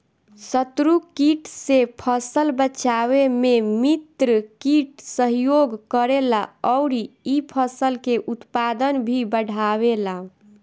शत्रु कीट से फसल बचावे में मित्र कीट सहयोग करेला अउरी इ फसल के उत्पादन भी बढ़ावेला